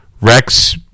rex